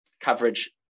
coverage